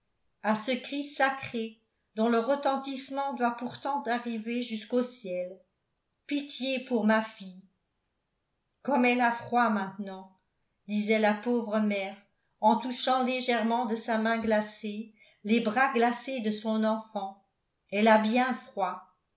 à ce cri sacré dont le retentissement doit pourtant arriver jusqu'au ciel pitié pour ma fille comme elle a froid maintenant disait la pauvre mère en touchant légèrement de sa main glacée les bras glacés de son enfant elle a bien froid